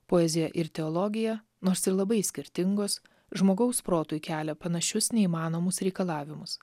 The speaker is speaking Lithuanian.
poezija ir teologija nors ir labai skirtingos žmogaus protui kelia panašius neįmanomus reikalavimus